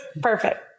Perfect